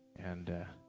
and